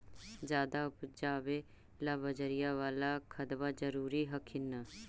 ज्यादा उपजाबे ला बजरिया बाला खदबा जरूरी हखिन न?